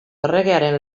erregearen